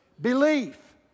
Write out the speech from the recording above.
Belief